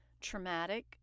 traumatic